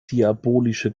diabolische